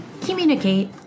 communicate